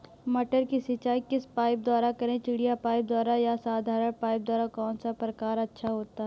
मटर की सिंचाई किस पाइप द्वारा करें चिड़िया पाइप द्वारा या साधारण पाइप द्वारा कौन सा प्रकार अच्छा होता है?